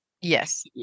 Yes